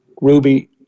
Ruby